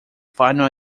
final